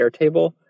Airtable